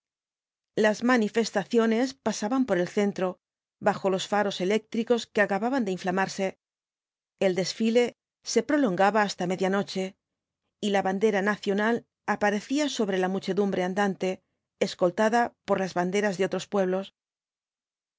las manifestaciones pasaban por el centro bajo los faros eléctricos que acababan de inflamarse el desfile se prolongaba hasta media noche y la bandera nacional aparecía sobre la muchedumbre andante escoltada por las banderas de otros pueblos